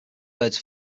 birds